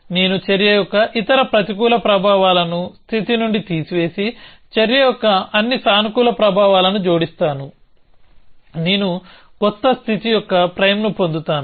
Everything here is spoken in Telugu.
నేను చర్య యొక్క ఇతర ప్రతికూల ప్రభావాల ను స్థితి నుండి తీసివేసి చర్య యొక్క అన్ని సానుకూల ప్రభావాలను జోడిస్తాను నేను కొత్త స్థితి యొక్క ప్రైమ్ని పొందుతాను